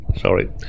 Sorry